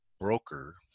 broker